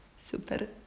super